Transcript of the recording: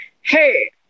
hey